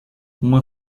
uma